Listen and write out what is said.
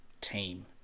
team